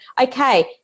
okay